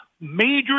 major